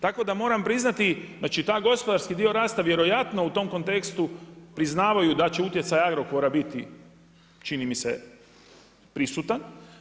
Tako da moram priznati znači taj gospodarski dio rasta vjerojatno u tom kontekstu priznavaju da će utjecaj Agrokora biti čini mi se prisutan.